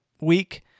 week